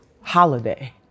holiday